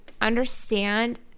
understand